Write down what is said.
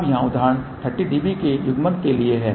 अब यहां उदाहरण 30 dB के युग्मन के लिए है